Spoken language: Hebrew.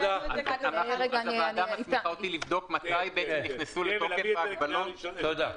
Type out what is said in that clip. הוועדה מסמיכה אותי לבדוק מתי נכנסו לתוקף ההגבלות.